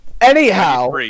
Anyhow